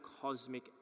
cosmic